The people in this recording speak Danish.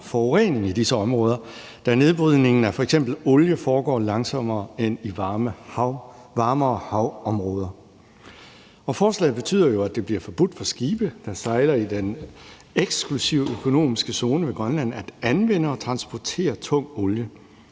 forurening i disse områder, da nedbrydningen af f.eks. olie foregår langsommere end i varmere havområder. Forslaget betyder jo, at det bliver forbudt for skibe, der sejler i den eksklusive økonomiske zone ved Grønland, at anvende og transportere tung olie.